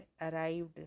arrived